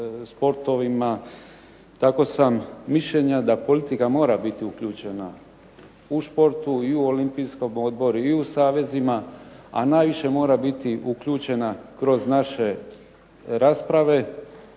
sportovima. Tako sam mišljenja da politika mora biti uključena u športu i u Olimpijskom odboru i u savezima, a najviše mora biti uključena kroz naše rasprave